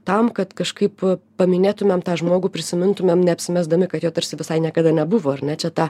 tam kad kažkaip paminėtumėm tą žmogų prisimintumėm neapsimesdami kad jo tarsi visai niekada nebuvo ar ne čia tą